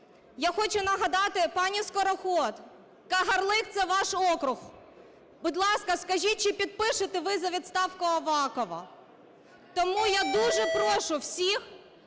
Я хочу нагадати, пані Скороход, Кагарлик – це ваш округ. Будь ласка, скажіть, чи підпишете ви за відставку Авакова? Тому я дуже прошу всіх